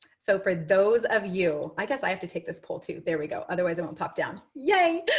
so for those of you, i guess i have to take this poll, too. there we go. otherwise, it won't pop down. yay!